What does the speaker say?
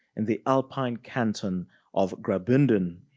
in the alpine canton of graubunden,